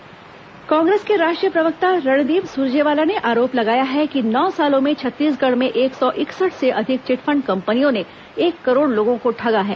सुरजेवाला प्रेसवार्ता कांग्रेस के राष्ट्रीय प्रवक्ता रणदीप सुरजेवाला ने आरोप लगाया है कि नौ सालों में छत्तीसगढ़ में एक सौ इकसठ से अधिक चिटफंड कंपनियों ने एक करोड़ लोगों को ठगा है